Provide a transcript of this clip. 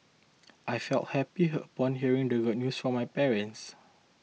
I felt happy upon hearing the good news from my parents